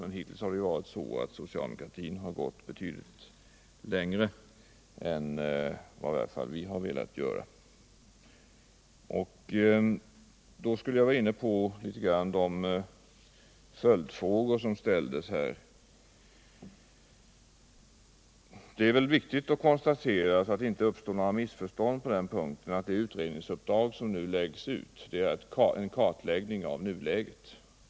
Men hittills har socialdemokraterna gått betydligt längre än vad i varje fall vi har velat göra. Då skulle jag gå in lite grand på de följdfrågor som ställdes. Det är viktigt att konstatera, så att det inte uppstår missförstånd på den punkten, att det utredningsuppdrag som nu läggs ut är en kartläggning av nuläget.